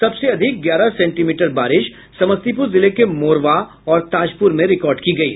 सबसे अधिक ग्यारह सेंटीमीटर बारिश समस्तीपुर जिले के मोरवा और ताजपुर में रिकॉर्ड की गयी